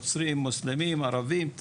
נוצרים מוסלמים ערבים,